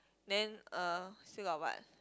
then uh still got what